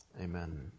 Amen